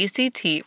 ACT